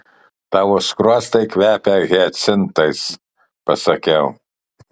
tavo skruostai kvepia hiacintais pasakiau